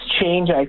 change